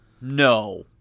No